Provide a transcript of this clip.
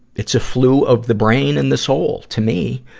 it's a flu of the brain and the soul, to me.